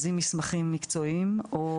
נגנזים מסמכים מקצועיים או כל דבר שהוא,